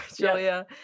Julia